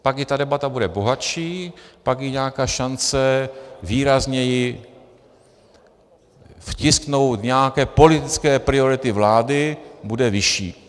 Pak i ta debata bude bohatší, pak i nějaká šance výrazněji vtisknout nějaké politické priority vlády bude vyšší.